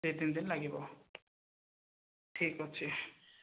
ଦୁଇ ତିନିଦିନ ଲାଗିବ ଠିକ୍ ଅଛି